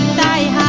nine